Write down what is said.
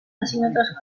decímetres